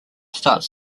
starts